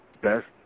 best